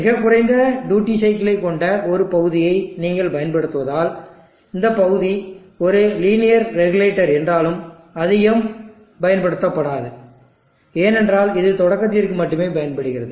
மிகக் குறைந்த டியூட்டி சைக்கிளை கொண்ட ஒரு பகுதியை நீங்கள் பயன்படுத்துவதால் இந்த பகுதி ஒரு லீனியர் ரெகுலேட்டர் என்றாலும் அதிகம் பயன்படுத்தாது ஏனென்றால் இது தொடக்கத்திற்கு மட்டுமே பயன்படுகிறது